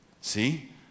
See